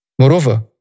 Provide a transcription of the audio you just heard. Moreover